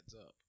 up